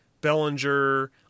Bellinger